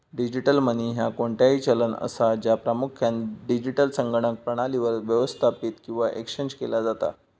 digital money ह्या कोणताही चलन असा, ज्या प्रामुख्यान डिजिटल संगणक प्रणालीवर व्यवस्थापित किंवा एक्सचेंज केला जाता